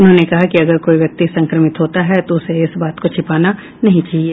उन्होंने कहा कि अगर कोई व्यक्ति संक्रमित होता है तो उसे इस बात को छिपाना नहीं चाहिए